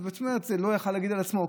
הוא לא יכול להגיד על עצמו,